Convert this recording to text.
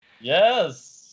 Yes